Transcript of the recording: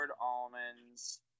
almonds